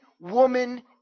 woman